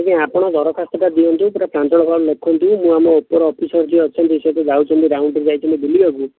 ଆଜ୍ଞା ଆପଣ ଦରଖାସ୍ତଟା ଦିଅନ୍ତୁ ପୁରା ପ୍ରାଞ୍ଜଳ ଭାବରେ ଲେଖନ୍ତୁ ମୁଁ ଆମ ଉପର ଅଫିସର ଯିଏ ଅଛନ୍ତି ସେ ଟିକେ ଯାଉଛନ୍ତି ଗାଆଁକୁ ଯାଇଛନ୍ତି ବୁଲିବାକୁ